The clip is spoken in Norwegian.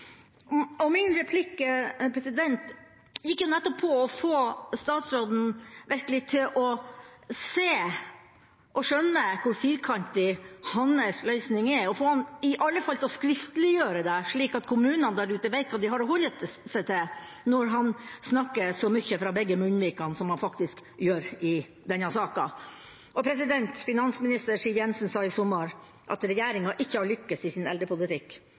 politikk. Min replikk gikk nettopp på å få statsråden til virkelig å se og skjønne hvor firkantet hans løsning er, og å få han til i alle fall å skriftliggjøre det, slik at kommunene der ute veit hva de har å holde seg til når han snakker så mye fra begge munnvikene, som han faktisk gjør i denne saka. Finansminister Siv Jensen sa i sommer at regjeringa ikke har lykkes i sin